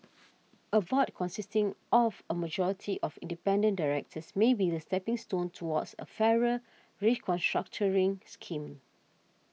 a board consisting of a majority of independent directors may be the stepping stone towards a fairer re constructuring scheme